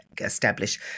establish